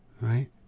Right